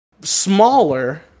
smaller